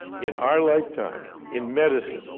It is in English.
in our lifetime, in medicine,